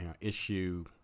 issue